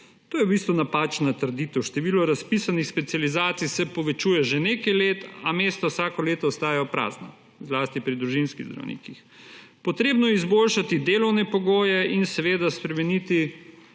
To je v bistvu napačna trditev. Število razpisanih specializacij se povečuje že nekaj let, a mesta vsako leto ostajajo prazna, zlasti pri družinskih zdravnikih. Potrebno je izboljšati delovne pogoje in seveda spremeniti